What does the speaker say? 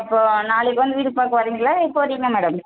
அப்போது நாளைக்கு வந்து வீடு பார்க்க வரீங்களா இப்போ வரீங்களா மேடம்